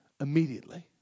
immediately